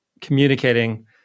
communicating